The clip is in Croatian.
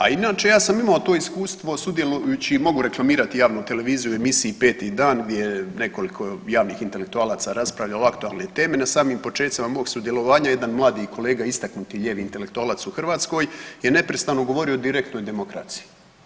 A inače ja sam imao to iskustvo sudjelujući, mogu reklamirati javnu televiziju i emisiju Peti dan gdje je nekoliko javnih intelektualaca raspravljalo aktualne teme, na samim počecima mog sudjelovanja jedan mladi kolega, istaknuti lijevi intelektualac u Hrvatskoj je neprestano govorio o direktnoj demokraciji.